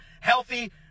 healthy